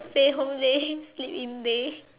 play whole day sleep in day